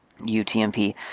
UTMP